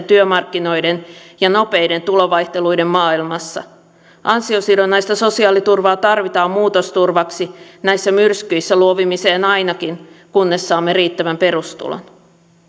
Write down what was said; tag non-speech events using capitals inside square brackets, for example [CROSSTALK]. [UNINTELLIGIBLE] työmarkkinoiden ja nopeiden tulovaihteluiden maailmassa ansiosidonnaista sosiaaliturvaa tarvitaan muutosturvaksi näissä myrskyissä luovimiseen ainakin kunnes saamme riittävän perustulon